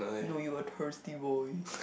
no you were a thirsty boy